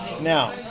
Now